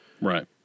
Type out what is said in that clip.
Right